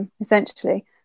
essentially